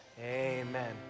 amen